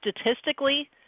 statistically